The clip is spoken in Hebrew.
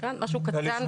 משהו קטן?